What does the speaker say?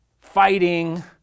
fighting